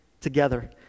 together